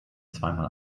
zweimal